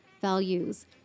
values